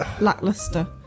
lackluster